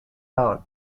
out